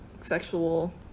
sexual